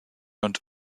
und